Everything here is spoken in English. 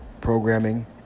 programming